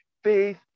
Faith